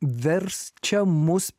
vers čia mūsų